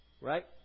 right